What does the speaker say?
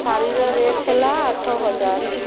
ଶାଢ଼ୀର ରେଟ୍ ହେଲା ଆଠ ହଜାର